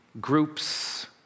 Groups